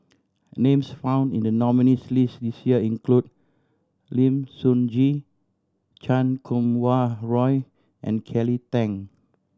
names found in the nominees' list this year include Lim Sun Gee Chan Kum Wah Roy and Kelly Tang